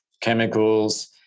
chemicals